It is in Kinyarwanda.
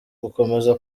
gukomeza